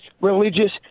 religious